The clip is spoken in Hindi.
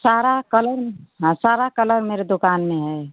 सारा कलर हाँ सारा कलर मेरे दुकान में है